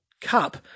Cup